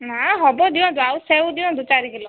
ନା ହେବ ଦିଅନ୍ତୁ ଆଉ ସେଉ ଦିଅନ୍ତୁ ଚାରି କିଲୋ